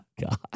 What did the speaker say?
God